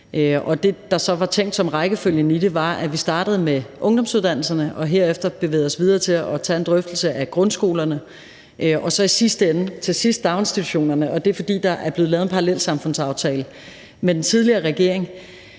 Det, der så var tænkt som rækkefølgen i det, var, at vi startede med ungdomsuddannelserne og herefter bevægede os videre til at tage en drøftelse af grundskolerne og så til sidst daginstitutionerne, og det er, fordi der er blevet lavet en parallelsamfundsaftale med den tidligere regering.